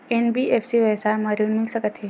NBFC व्यवसाय मा ऋण मिल सकत हे